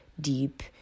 deep